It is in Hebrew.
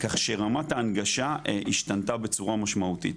כך שרמת ההנגשה השתנתה בצורה משמעותית,